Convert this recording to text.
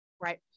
right